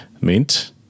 Mint